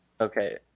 Okay